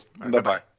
Bye-bye